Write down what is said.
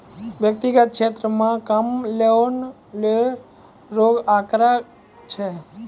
व्यक्तिगत क्षेत्रो म कम लोन लै रो आंकड़ा छै